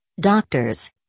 doctors